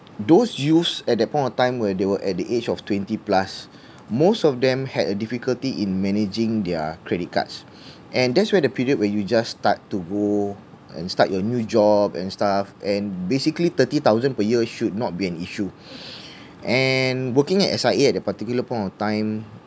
those youths at that point of time where they were at the age of twenty plus most of them had a difficulty in managing their credit cards and that's where the period when you just start to grow and start your new job and stuff and basically thirty thousand per year should not be an issue and working at S_I_A at that particular point of time